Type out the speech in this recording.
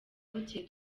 bukeye